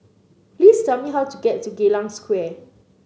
please tell me how to get to Geylang Square